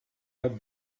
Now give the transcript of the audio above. had